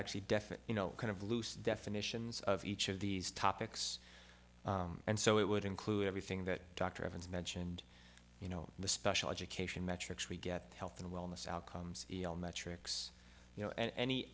definite you know kind of loose definitions of each of these topics and so it would include everything that dr evans mentioned you know the special education metrics we get the health and wellness outcomes metrics you know an